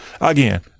Again